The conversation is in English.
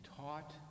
taught